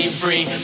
free